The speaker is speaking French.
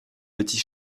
petit